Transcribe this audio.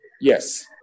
Yes